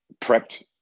prepped